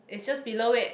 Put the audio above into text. is just below it